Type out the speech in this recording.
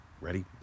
Ready